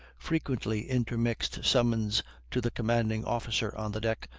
frequently intermixed summons to the commanding officer on the deck,